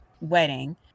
wedding